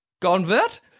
convert